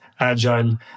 agile